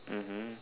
mmhmm